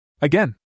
Again